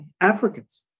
Africans